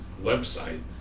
website